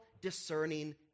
discerning